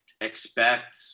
expect